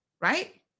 Right